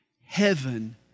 heaven